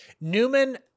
Newman